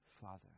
Father